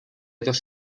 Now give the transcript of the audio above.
dos